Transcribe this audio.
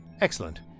Excellent